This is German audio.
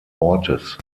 ortes